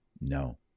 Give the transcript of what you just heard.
No